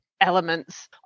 elements